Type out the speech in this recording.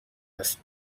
هست